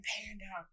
Panda